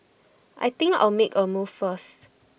I think I'll make A move first